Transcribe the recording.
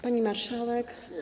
Pani Marszałek!